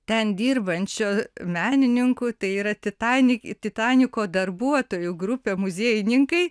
ten dirbančio menininko tai yra titanititaniko darbuotojų grupė muziejininkai